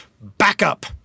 BACKUP